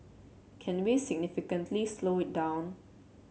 can we significantly slow it down